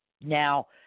now